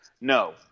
No